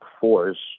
force